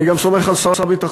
אני גם סומך על שר הביטחון,